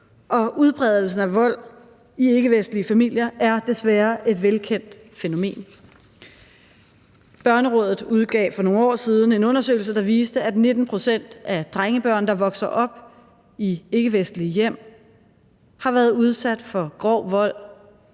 og udbredelsen af vold i ikkevestlige familier er desværre et velkendt fænomen. Børnerådet udgav for nogle år siden en undersøgelse, der viste, at 19 pct. af drengebørn, der vokser op i ikkevestlige hjem, har været udsat for grov vold,